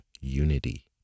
unity